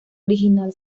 original